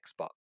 xbox